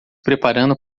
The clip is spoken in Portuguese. preparando